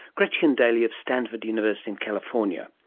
gretchen daily of stanford university in california.